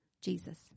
Jesus